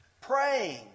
praying